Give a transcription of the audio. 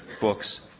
books